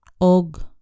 Og